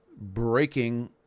breaking